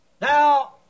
Now